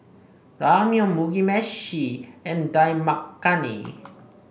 Ramyeon Mugi Meshi and Dal Makhani